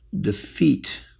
defeat